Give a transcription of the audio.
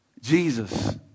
Jesus